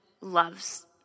loves